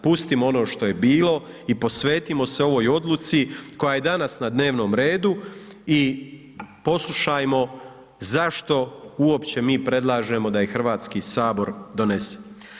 Pustimo ono što je bilo i posvetimo se ovoj odluci koja je danas na dnevnom redu i poslušajmo zašto uopće mi predlažemo da je Hrvatski sabor donese.